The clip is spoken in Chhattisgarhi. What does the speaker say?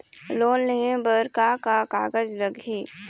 लोन लेहे बर का का कागज लगही?